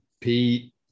Pete